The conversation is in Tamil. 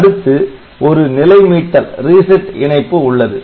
அடுத்து ஒரு நிலை மீட்டல் இணைப்பு உள்ளது